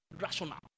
rational